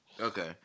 Okay